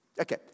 Okay